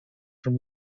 from